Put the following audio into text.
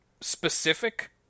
specific